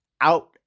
out